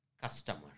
customer